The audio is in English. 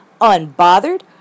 unbothered